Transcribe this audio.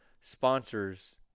sponsors